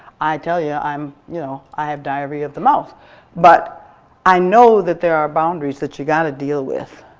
i tell you, i um you know i have diarrhea of the mouth but i know that there are boundaries that you gotta deal with